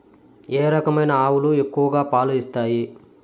ఏ రకమైన ఆవులు ఎక్కువగా పాలు ఇస్తాయి?